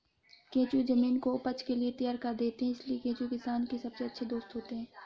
केंचुए जमीन को उपज के लिए तैयार कर देते हैं इसलिए केंचुए किसान के सबसे अच्छे दोस्त होते हैं